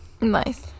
Nice